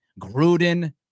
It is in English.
Gruden